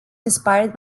inspired